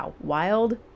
wild